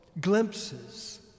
glimpses